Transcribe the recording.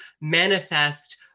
manifest